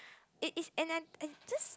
it is an an it just